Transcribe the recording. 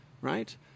right